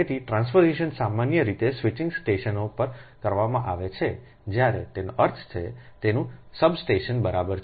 તેથી ટ્રાન્સપોઝિશન સામાન્ય રીતે સ્વિચિંગ સ્ટેશનો પર કરવામાં આવે છે જ્યારેતેનો અર્થ છે તેનું સબસ્ટેશન બરાબર છે